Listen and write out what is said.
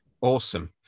awesome